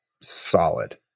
solid